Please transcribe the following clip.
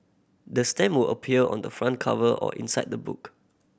the stamp will appear on the front cover or inside the book